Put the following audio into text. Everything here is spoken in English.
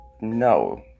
no